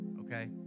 okay